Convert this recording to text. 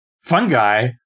fungi